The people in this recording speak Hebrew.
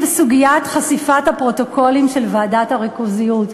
סוגיית חשיפת הפרוטוקולים של ועדת הריכוזיות.